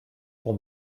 pour